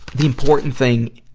the important thing,